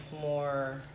more